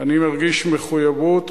אני מרגיש מחויבות,